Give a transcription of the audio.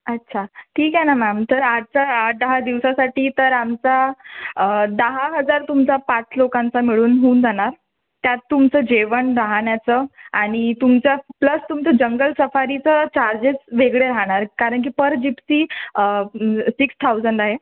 अच्छा ठीक आहे ना मॅम तर आजचा आठ दहा दिवसासाठी तर आमचा दहा हजार तुमचा पाच लोकांचा मिळून होऊन जाणार त्यात तुमचं जेवण राहण्याचं आणि तुमचं प्लस तुमचं जंगल सफारीचं चार्जेस वेगळे राहणार कारण की पर जिप्सी सिक्स थाउजंड आहे